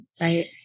Right